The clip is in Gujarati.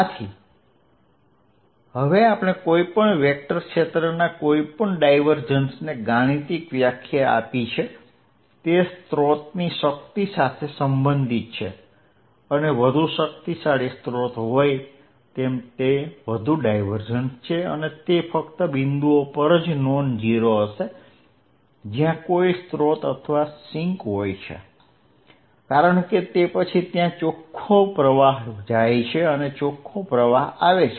આથી હવે આપણે કોઈ પણ વેક્ટર ક્ષેત્રના કોઈપણ ડાયવર્જન્સને ગાણિતિક વ્યાખ્યા આપી છે તે સ્રોતની શક્તિ સાથે સંબંધિત છે અને વધુ શક્તિશાળી સ્રોત હોય તેમ તે વધુ ડાયવર્જન્સ છે અને તે ફક્ત બિંદુઓ પર જ નોન ઝીરો રહેશે જ્યાં કોઈ સ્રોત અથવા સિંક હોય છે કારણ કે તે પછી ત્યાં ચોખ્ખો પ્રવાહ જાય છે અથવા ચોખ્ખો પ્રવાહ આવે છે